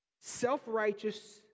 self-righteous